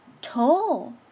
tall